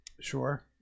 Sure